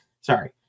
sorry